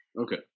Okay